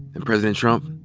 and president trump,